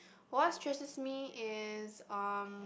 what stresses me is um